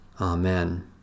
Amen